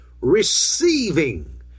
receiving